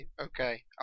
Okay